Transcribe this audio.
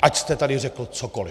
Ať jste tady řekl cokoliv.